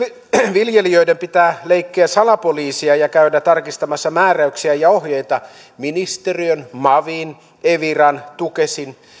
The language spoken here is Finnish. viljelijöiden pitää leikkiä salapoliisia ja käydä tarkistamassa määräyksiä ja ohjeita ministeriön mavin eviran tukesin